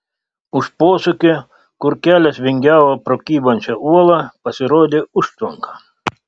už posūkio kur kelias vingiavo pro kybančią uolą pasirodė užtvanka